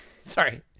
Sorry